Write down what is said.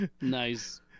Nice